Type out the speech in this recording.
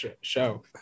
show